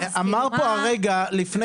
למה זה צריך להיות ממונה?